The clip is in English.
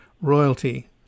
royalty